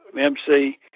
MC